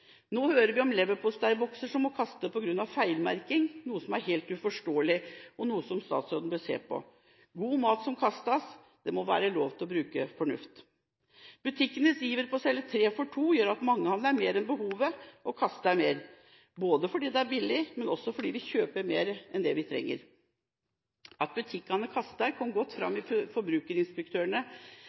Nå hører vi om leverposteibokser som må kastes på grunn av feilmerking, noe som er helt uforståelig, og noe som statsråden bør se på. God mat som kastes – det må være lov å bruke fornuft. Butikkenes iver etter å selge tre for to gjør at mange handler mer enn det som er behovet, og kaster mer, både fordi det er billig, og fordi vi kjøper mer enn vi trenger. At butikkene kaster, kom godt fram i